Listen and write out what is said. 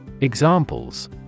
Examples